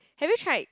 have you tried